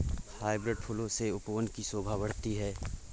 hybrid फूलों से उपवन की शोभा बढ़ती है